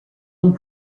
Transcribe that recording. ans